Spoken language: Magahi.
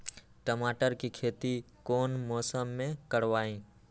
टमाटर की खेती कौन मौसम में करवाई?